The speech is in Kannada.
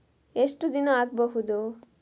ಎಷ್ಟು ದಿನ ಆಗ್ಬಹುದು?